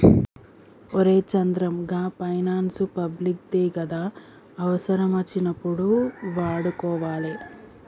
ఒరే చంద్రం, గా finance public దే గదా, అవుసరమచ్చినప్పుడు వాడుకోవాలె